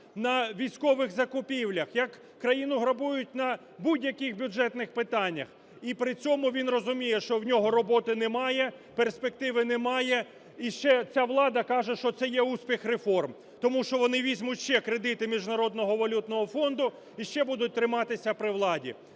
на військових закупівлях, як країну грабують на будь-яких бюджетних питаннях. І при цьому він розуміє, що в нього роботи немає, перспективи немає. І ще ця влада каже, що це є успіх реформ, тому що вони візьмуть ще кредити Міжнародного валютного фонду і ще будуть триматися при владі.